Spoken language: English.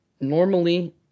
Normally